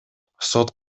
сот